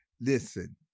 Listen